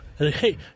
Hey